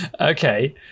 Okay